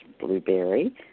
Blueberry